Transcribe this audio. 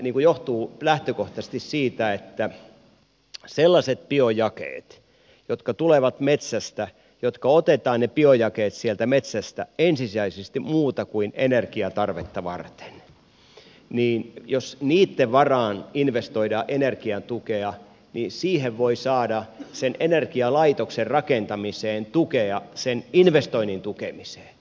tämä johtuu lähtökohtaisesti siitä että jos sellaisten biojakeiden jotka tulevat metsästä ja jotka otetaan sieltä metsästä ensisijaisesti muuta kuin energiatarvetta varten varaan investoidaan energiatukea niin siihen voi saada sen energialaitoksen rakentamiseen tukea sen investoinnin tukemiseen